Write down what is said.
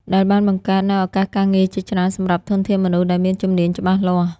ដែលបានបង្កើតនូវឱកាសការងារជាច្រើនសម្រាប់ធនធានមនុស្សដែលមានជំនាញច្បាស់លាស់។